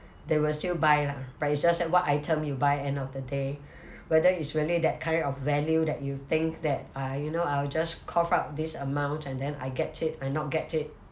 they will still buy lah but it's just that what item you buy end of the day whether is really that kind of value that you think that uh you know I'll just cough out this amount and then I get it or not get it